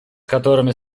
которыми